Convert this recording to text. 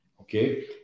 okay